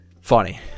funny